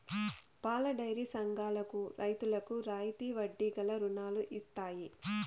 పాలడైరీ సంఘాలకు రైతులకు రాయితీ వడ్డీ గల రుణాలు ఇత్తయి